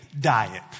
diet